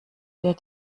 der